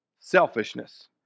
selfishness